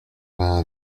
vingt